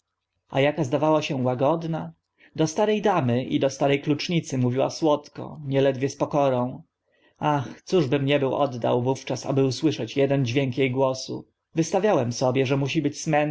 a aka zdawała się łagodna do stare damy i do stare klucznicy mówiła słodko nieledwie z pokorą ach cóż bym nie był oddał wówczas aby usłyszeć eden dźwięk e głosu wystawiałem sobie że musi być smętny